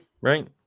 right